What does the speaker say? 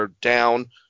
down